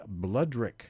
Bloodrick